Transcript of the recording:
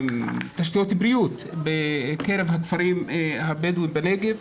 בתשתיות בריאות בקרב הכפרים הבדואים בנגב.